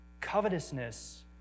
Covetousness